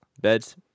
beds